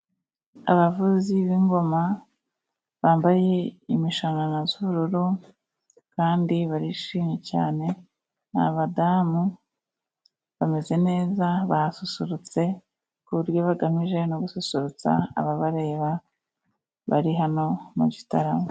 Abavuzi b'ingoma bambaye imishanana y'ubururu kandi barishimye cyane. Ni abadamu bameze neza, basusurutse ku buryo bagamije no gususurutsa ababareba, bari hano mu gitaramo.